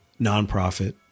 nonprofit